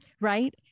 Right